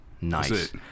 Nice